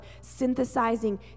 synthesizing